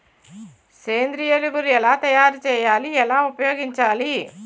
సేంద్రీయ ఎరువులు ఎలా తయారు చేయాలి? ఎలా ఉపయోగించాలీ?